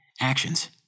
Actions